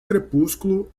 crepúsculo